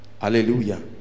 hallelujah